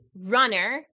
runner